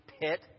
pit